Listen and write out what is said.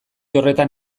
horretan